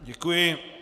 Děkuji.